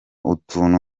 utuntu